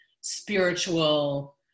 spiritual